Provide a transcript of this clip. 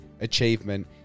achievement